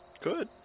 Good